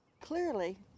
Clearly